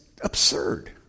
absurd